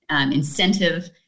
incentive